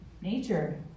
Nature